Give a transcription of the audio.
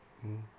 mm